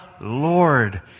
Lord